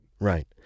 Right